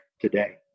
today